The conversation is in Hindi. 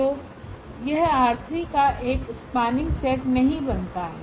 तो यह ℝ3 का एक स्पनिंग सेट नहीं बनाता है